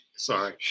Sorry